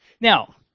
Now